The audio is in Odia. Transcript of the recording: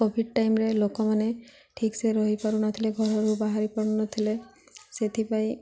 କୋଭିଡ଼୍ ଟାଇମ୍ରେ ଲୋକମାନେ ଠିକ୍ସେ ରହିପାରୁ ନଥିଲେ ଘରରୁ ବାହାରି ପାରୁନଥିଲେ ସେଥିପାଇଁ